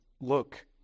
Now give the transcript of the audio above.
look